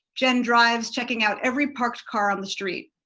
jen drives checking out every parked car on the street.